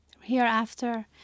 hereafter